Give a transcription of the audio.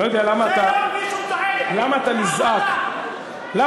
לא יודע למה אתה, זה לא מביא שום תועלת.